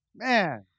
Man